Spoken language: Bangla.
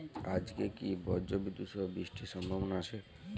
আজকে কি ব্রর্জবিদুৎ সহ বৃষ্টির সম্ভাবনা আছে?